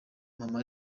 mama